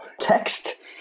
text